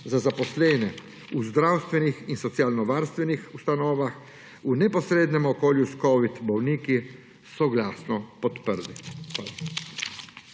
za zaposlene v zdravstvenih in socialnovarstvenih ustanovah v neposrednem okolju s covid bolniki, soglasno odprli.